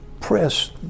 press